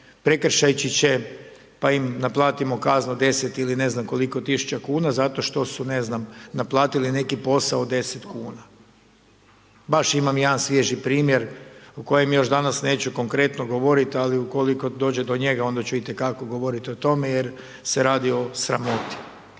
prekršajčiće pa im naplatimo kaznu od 10 ili ne znam koliko tisuća kuna zato što su ne znam naplatili neki posao od 10 kuna. Baš imam jedan svježi primjer o kojem još danas neću konkretno govoriti, ali ukoliko dođe do njega onda ću itekako govoriti o tome jer se radi o sramoti,